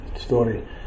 story